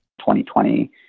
2020